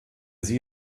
see